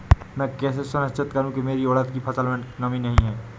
मैं कैसे सुनिश्चित करूँ की मेरी उड़द की फसल में नमी नहीं है?